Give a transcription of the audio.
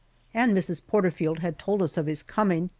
and mrs. porterfield had told us of his coming,